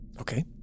okay